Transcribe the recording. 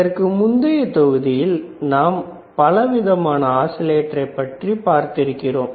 இதற்கு முந்தைய தொகுதியில் நாம் பலவிதமான ஆஸிலேட்டரை பற்றி பார்த்திருந்தோம்